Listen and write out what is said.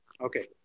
Okay